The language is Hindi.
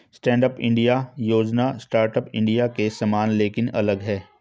स्टैंडअप इंडिया योजना स्टार्टअप इंडिया के समान लेकिन अलग है